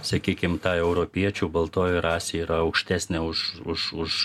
sakykim ta europiečių baltoji rasė yra aukštesnė už už už